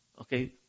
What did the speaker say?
Okay